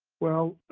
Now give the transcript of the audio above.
well,